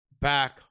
back